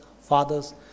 fathers